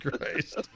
Christ